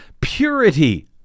purity